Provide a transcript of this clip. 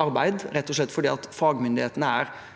arbeid, rett og slett fordi fagmyndighetene er